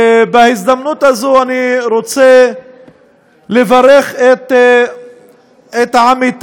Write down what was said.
ובהזדמנות הזו אני רוצה לברך את עמיתי